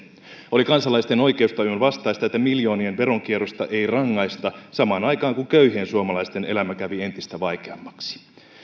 oli kansalaisten oikeustajun vastaista että miljoonien veronkierrosta ei rangaista samaan aikaan kun köyhien suomalaisten elämä kävi entistä vaikeammaksi